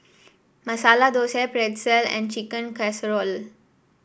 Masala Dosa Pretzel and Chicken Casserole